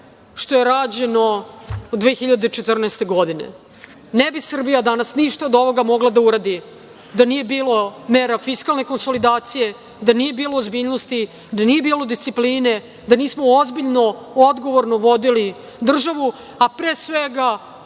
što je rađeno od 2014. godine. Ne bi Srbija danas ništa od ovoga mogla da uradi da nije bilo mera fiskalne konsolidacije, da nije bilo ozbiljnosti, da nije bilo discipline, da nismo ozbiljno, odgovorno vodili državu, a pre svega